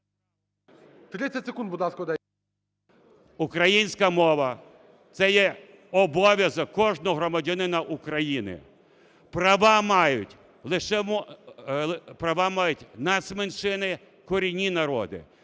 Українська мова – це є обов'язок кожного громадянина України. Права мають нацменшини, корінні народи,